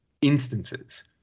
instances